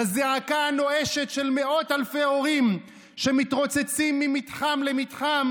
לזעקה הנואשת של מאות אלפי הורים שמתרוצצים ממתחם למתחם